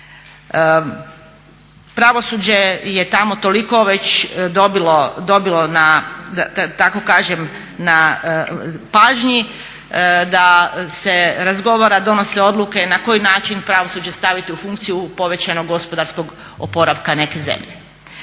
Pravosuđe je tamo toliko dobilo da tako kažem na pažnji da se razgovara i donose odluke na koji način pravosuđe staviti u funkciju povećanog gospodarskog oporavka neke zemlje.